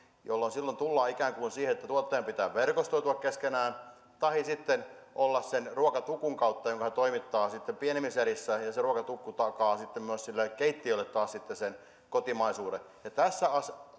jolloin tullaan siihen että tuottajien pitää verkostoitua keskenään tai toimia sen ruokatukun kautta joka toimittaa sitten pienemmissä erissä ja se ruokatukku takaa myös sille keittiölle taas sitten sen kotimaisuuden tässä